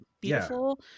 beautiful